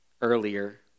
earlier